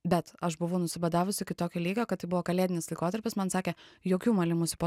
bet aš buvau nusibadavus iki tokio lygio kad tai buvo kalėdinis laikotarpis man sakė jokių malimųsi po